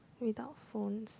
without phones